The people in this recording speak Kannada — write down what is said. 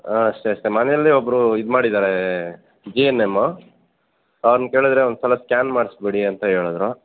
ಹಾಂ ಅಷ್ಟೇ ಅಷ್ಟೇ ಮನೆಯಲ್ಲಿ ಒಬ್ಬರು ಇದು ಮಾಡಿದ್ದಾರೆ ಜಿ ಎನ್ ಎಮ್ಮು ಅವ್ರ್ನ ಕೇಳಿದ್ರೆ ಒಂದು ಸಲ ಸ್ಕ್ಯಾನ್ ಮಾಡ್ಸಿ ಬಿಡಿ ಅಂತ ಹೇಳದ್ರು